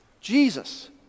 Jesus